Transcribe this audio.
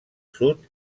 sud